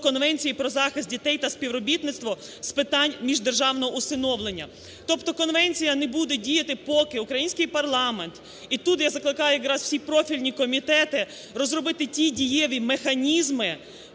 Конвенції про захист дітей та співробітництво з питань міждержавного усиновлення. Тобто конвенція не буде діяти, поки український парламент, і тут я закликаю якраз всі профільні комітети розробити ті дієві механізми,